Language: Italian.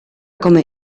come